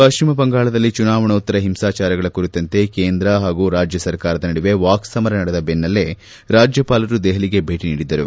ಪಶ್ಚಿಮ ಬಂಗಾಳದಲ್ಲಿ ಚುನಾವಣೋತ್ತರ ಹಿಂಸಾಚಾರಗಳ ಕುರಿತಂತೆ ಕೇಂದ್ರ ಹಾಗೂ ರಾಜ್ಯ ಸರ್ಕಾರದ ನಡುವೆ ವಾಕ್ಸಮರ ನಡೆದ ದೆನ್ನಲ್ಲೇ ರಾಜ್ಯಪಾಲರು ದೆಹಲಿಗೆ ಭೇಟ ನೀಡಿದ್ದರು